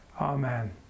amen